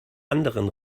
anderen